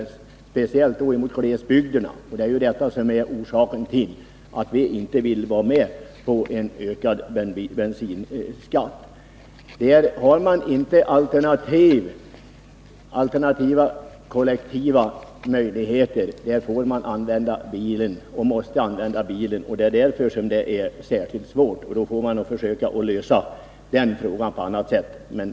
Höjda bensinpriser drabbar speciellt glesbygderna, och det är detta som är orsaken till att vi i centern inte vill vara med om en höjd bensinskatt. I glesbygden har man inte alternativa möjligheter i form av kollektivtrafik, utan där måste man använda bilen. En höjd bensinskatt blir särskilt svår att bära för glesbygden, och därför måste man försöka lösa frågan på annat sätt.